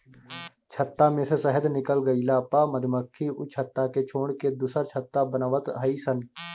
छत्ता में से शहद निकल गइला पअ मधुमक्खी उ छत्ता के छोड़ के दुसर छत्ता बनवत हई सन